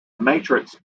matrix